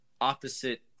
opposite